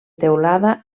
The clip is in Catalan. teulada